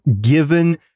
given